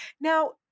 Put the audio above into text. Now